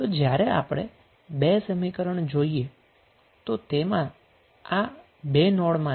તેથી જ્યારે આપણે બે સમીકરણ જોઈએ તો આપણને ખબર પડશે કે તેમાં આ બે નોડ છે